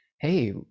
hey